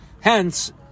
Hence